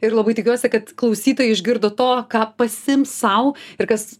ir labai tikiuosi kad klausytojai išgirdo to ką pasiims sau ir kas